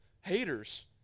haters